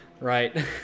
right